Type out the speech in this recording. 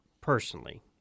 personally